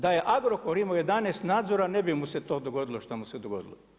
Da je Agrokor imao 11 nadzora ne bi mu se to dogodilo što mu se dogodilo.